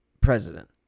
president